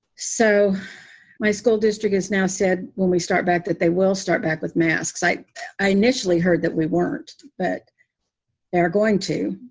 so my school district is now said when we start back that they will start back with masks, like i initially heard, that we weren't, but they are going to.